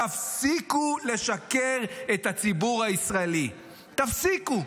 תפסיקו לשקר לציבור הישראלי, תפסיקו.